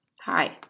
Hi